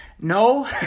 No